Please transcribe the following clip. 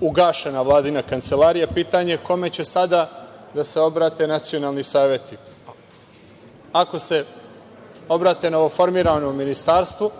ugašena Vladina kancelarija, pitanje je kome će sada da se obrate nacionalni saveti? Ako se obrate novoformiranom ministarstvu,